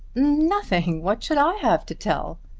nothing. what should i have to tell?